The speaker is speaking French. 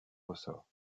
ressorts